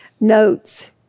notes